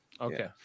Okay